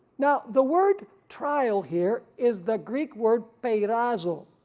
now the word trial here is the greek word peirazo,